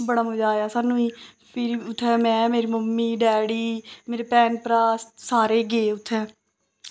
बड़ा मज़ा आया सानू फिर उत्थैं में मेरी मम्मी डैडी मेरे भैन भ्राऽ सारे गे उत्थै